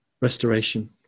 restoration